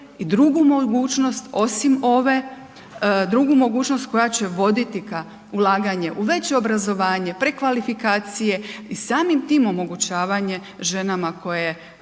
i drugu mogućnost osim ove, drugu mogućnost koja će voditi ka ulaganje u veće obrazovanje, prekvalifikacije i samim tim omogućavanje ženama koje